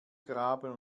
graben